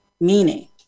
Meaning